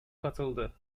katıldı